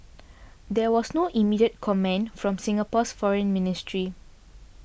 there was no immediate comment from Singapore's foreign ministry